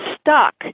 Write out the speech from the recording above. stuck